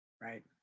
Right